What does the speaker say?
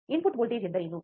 input voltage ಎಂದರೇನು